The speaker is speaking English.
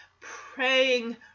praying